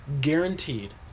guaranteed